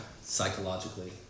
psychologically